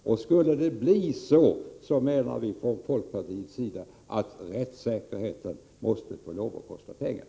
Och skulle det bli så, menar vi från folkpartiets sida att rättssäkerheten måste få lov att kosta pengar.